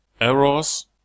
errors